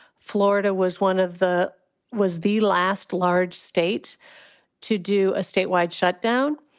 florida was one of the was the last large state to do a statewide shut down.